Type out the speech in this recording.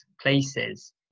places